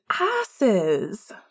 asses